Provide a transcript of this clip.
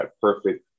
perfect